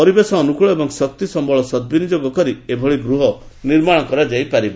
ପରିବେଶ ଅନୁକୂଳ ଏବଂ ଶକ୍ତି ଓ ସମ୍ବଳ ସଦ୍ବିନିଯୋଗ କରି ଏଭଳି ଗୃହ ନିର୍ମାଣ କରାଯାଇ ପାରିବ